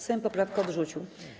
Sejm poprawkę odrzucił.